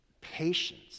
patience